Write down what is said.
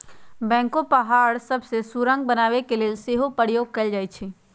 backhoe पहाड़ सभ में सुरंग बनाने के लेल सेहो प्रयोग कएल जाइ छइ